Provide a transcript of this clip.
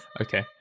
Okay